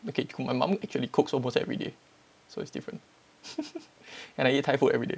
okay my mum actually cooks almost everyday so it's different and I eat thai food everyday